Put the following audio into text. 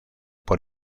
por